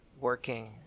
working